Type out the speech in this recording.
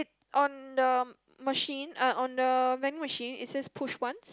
on the machine uh on the vending machine it says push once